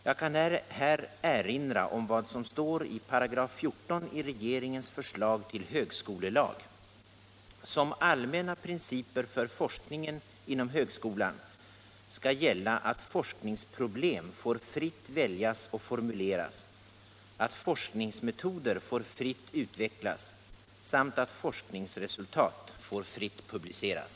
Jag kan här erinra om vad som står i 14 § i regeringens förslag till högskolelag i proposition 1976/77:59: ”Som allmänna principer för forskningen inom högskolan skall gälla att forskningsproblem får fritt väljas och formuleras, att forskningsmetoder får fritt utvecklas samt att forskningsresultat får fritt publiceras.”